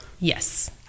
Yes